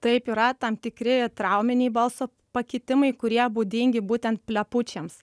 taip yra tam tikri trauminiai balso pakitimai kurie būdingi būtent plepučiams